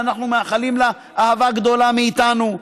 ואנחנו מאחלים לה אהבה גדולה מאיתנו,